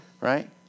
right